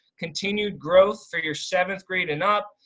continued growth for your seventh grade and up,